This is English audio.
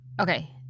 okay